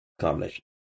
combination